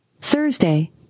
Thursday